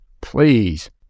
please